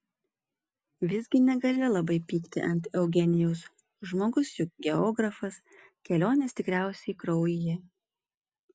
visgi negali labai pykti ant eugenijaus žmogus juk geografas kelionės tikriausiai kraujyje